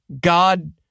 god